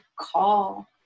call